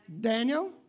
Daniel